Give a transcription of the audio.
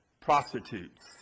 prostitutes